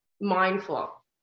mindful